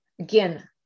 again